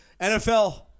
NFL